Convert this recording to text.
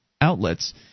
outlets